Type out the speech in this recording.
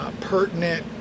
pertinent